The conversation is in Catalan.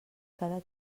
cada